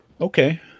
Okay